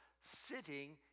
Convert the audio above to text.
sitting